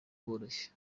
bworoshye